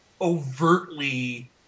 overtly